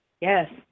Yes